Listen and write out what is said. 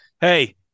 Hey